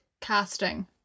casting